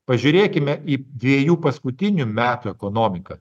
pažiūrėkime į dviejų paskutinių metų ekonomiką